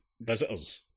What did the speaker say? visitors